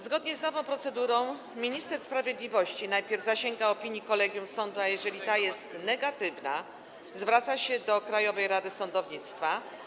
Zgodnie z nową procedurą minister sprawiedliwości najpierw zasięga opinii kolegium sądu, a jeżeli ta jest negatywna - zwraca się do Krajowej Rady Sądownictwa.